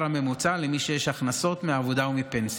הממוצע למי שיש הכנסות מעבודה ומפנסיה.